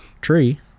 tree